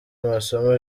amasomo